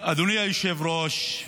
אדוני היושב-ראש,